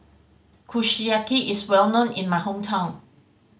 kushiyaki is well known in my hometown